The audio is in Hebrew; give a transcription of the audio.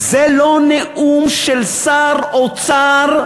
זה לא נאום של שר אוצר,